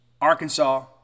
Arkansas